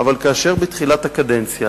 אבל כאשר בתחילת הקדנציה